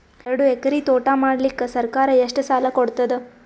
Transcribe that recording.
ಎರಡು ಎಕರಿ ತೋಟ ಮಾಡಲಿಕ್ಕ ಸರ್ಕಾರ ಎಷ್ಟ ಸಾಲ ಕೊಡತದ?